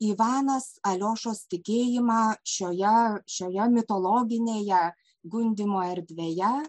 ivanas aliošos tikėjimą šioje šioje mitologinėje gundymo erdvėje